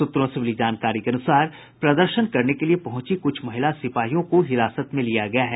सूत्रों से मिली जानकारी के अनुसार प्रदर्शन के लिए पहुंची कुछ महिला सिपाहियों को हिरासत में लिया गया है